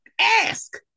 Ask